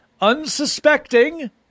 unsuspecting